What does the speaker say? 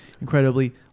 incredibly